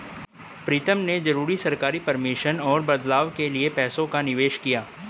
प्रीतम ने जरूरी सरकारी परमिशन और बदलाव के लिए पैसों का निवेश किया